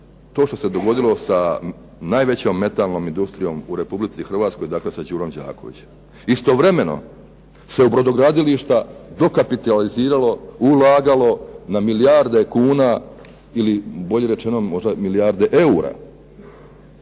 to što se dogodilo sa najvećom metalnom industrijom u Republici Hrvatskoj, dakle sa "Đurom Đakovićem". Istovremeno se u brodogradilišta dokapitaliziralo, ulagalo na milijarde kuna, ili bolje rečeno možda milijarde eura.